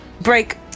break